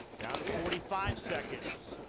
down to forty five seconds